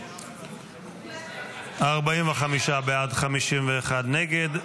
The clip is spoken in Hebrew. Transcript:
45 בעד, 51 נגד.